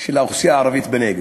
של האוכלוסייה הערבית בנגב.